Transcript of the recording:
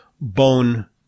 bone